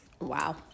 Wow